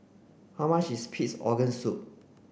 how much is pig's organ soup